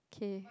okay